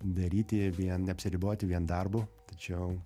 daryti vien neapsiriboti vien darbu tačiau